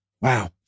Wow